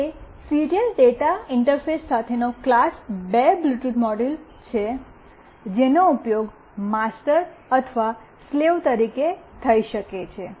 તે serial data interface સાથેનો class 2 Bluetooth module છે જેનો ઉપયોગ માસ્ટર અથવા સ્લૈવ તરીકે થઈ શકે છે